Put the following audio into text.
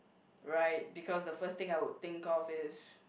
right because the first thing I would think of is